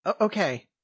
Okay